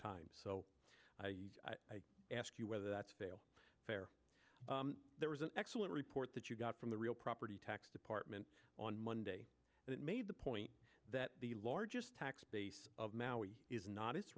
time so i ask you whether that's fail fair there was an excellent report that you got from the real property tax department on monday and it made the point that the largest tax base of maui is not